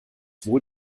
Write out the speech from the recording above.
wohl